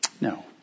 No